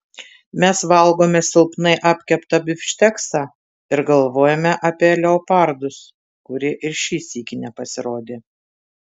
mes valgome silpnai apkeptą bifšteksą ir galvojame apie leopardus kurie ir šį sykį nepasirodė